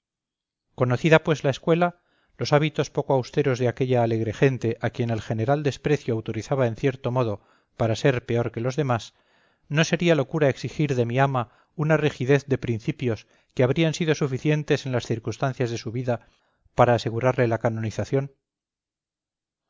conocida pues la escuela los hábitos poco austeros de aquella alegre gente a quien el general desprecio autorizaba en cierto modo para ser peor que los demás no sería locura exigir de mi ama una rigidez de principios que habrían sido suficientes en las circunstancias de su vida para asegurarle la canonización